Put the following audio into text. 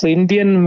Indian